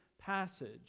passage